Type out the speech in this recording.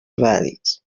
valid